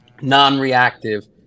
non-reactive